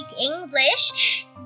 English